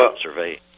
survey